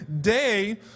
day